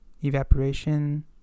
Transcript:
Evaporation